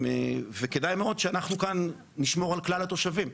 וכדאי מאוד שאנחנו נשמור כאן על כלל התושבים,